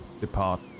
depart